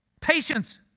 Patience